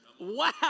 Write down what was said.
Wow